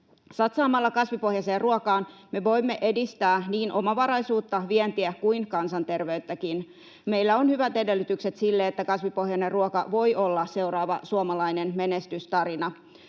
Satsaamalla kasvipohjaiseen ruokaan me voimme edistää niin omavaraisuutta, vientiä kuin kansanterveyttäkin. Meillä on hyvät edellytykset sille, että kasvipohjainen ruoka voi olla seuraava suomalainen menestystarina.